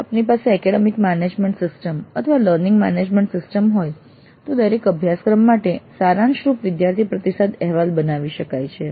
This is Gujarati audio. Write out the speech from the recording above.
જો આપની પાસે એકેડેમિક મેનેજમેન્ટ સિસ્ટમ અથવા લર્નિંગ મેનેજમેન્ટ સિસ્ટમ હોય તો દરેક અભ્યાસક્રમ માટે સારાંશરૂપ વિદ્યાર્થી પ્રતિસાદ અહેવાલ બનાવી શકાય છે